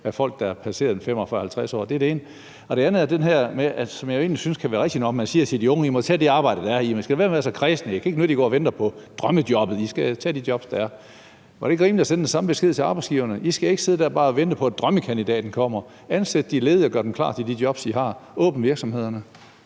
af folk, der har passeret de 45-50 år. Det andet er om det her, som jeg egentlig synes kan være rigtigt nok, nemlig at man siger til de unge: I må tage det arbejde, der er; I må lade være med at være så kræsne; det kan ikke nytte noget, at I går og venter på drømmejobbet; I skal tage de jobs, der er. Men ville det ikke være rimeligt at sende den samme besked til arbejdsgiverne og sige: I skal ikke bare sidde der og vente på, at drømmekandidaterne kommer, men ansætte de ledige og gøre dem klar til de jobs, I har, og åbne virksomhederne?